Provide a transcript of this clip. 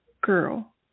girl